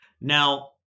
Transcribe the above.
Now